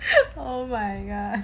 oh my god